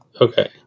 Okay